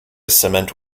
cement